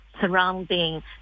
surrounding